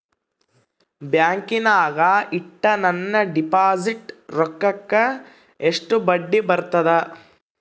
ಬ್ಯಾಂಕಿನಾಗ ಇಟ್ಟ ನನ್ನ ಡಿಪಾಸಿಟ್ ರೊಕ್ಕಕ್ಕ ಎಷ್ಟು ಬಡ್ಡಿ ಬರ್ತದ?